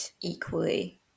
equally